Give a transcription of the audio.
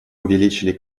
увеличили